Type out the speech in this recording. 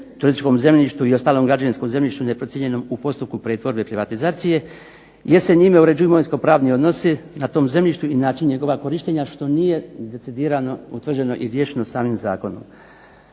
turističkom zemljištu i ostalom građevinskom zemljištu neprocijenjenom u postupku pretvorbe i privatizacije, jer se njime uređuje imovinsko-pravni odnosi na tom zemljištu i način njegova korištenja što nije decidirano i utvrđeno i riješeno samim zakonom.